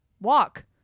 walk